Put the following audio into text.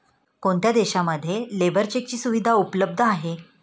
कोणत्या देशांमध्ये लेबर चेकची सुविधा उपलब्ध आहे?